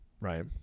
right